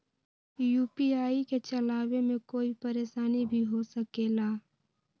UPI के चलावे मे कोई परेशानी भी हो सकेला?